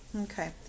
Okay